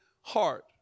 heart